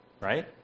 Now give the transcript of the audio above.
Right